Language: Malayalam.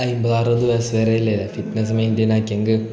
അൻപത് അറുപത് വയസ്സ് വരെയല്ലെ ഫിറ്റ്നസ്സ് മെയിൻ്റെനായിക്കെങ്കിൽ